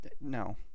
No